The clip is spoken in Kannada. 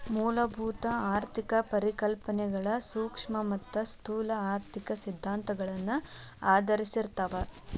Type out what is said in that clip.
ಮೂಲಭೂತ ಆರ್ಥಿಕ ಪರಿಕಲ್ಪನೆಗಳ ಸೂಕ್ಷ್ಮ ಮತ್ತ ಸ್ಥೂಲ ಆರ್ಥಿಕ ಸಿದ್ಧಾಂತಗಳನ್ನ ಆಧರಿಸಿರ್ತಾವ